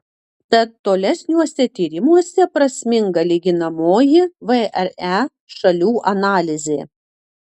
tad tolesniuose tyrimuose prasminga lyginamoji vre šalių analizė